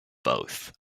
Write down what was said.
both